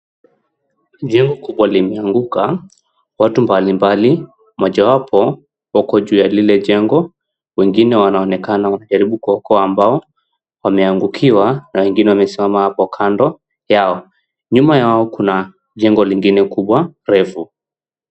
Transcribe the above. Jengo kubwa limeanguka. Watu mbalimbali, mojawapo wako juu ya lile jengo. Wengine wanaonekana wakijaribu kuokoa mbao, wameaungikiwa na wengine wamesimama hapo kando yao. Nyuma yao kuna jengo lingine kubwa refu.